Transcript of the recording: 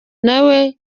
nawe